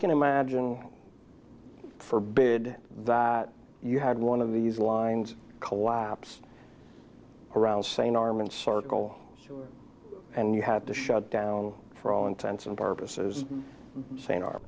can imagine forbid that you had one of these lines collapse around saying arm and circle and you have to shut down for all intents and purposes saying